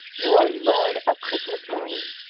you are lord of christmas morning.